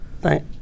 Thank